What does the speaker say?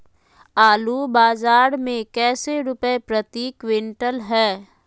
आलू बाजार मे कैसे रुपए प्रति क्विंटल है?